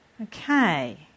Okay